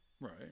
Right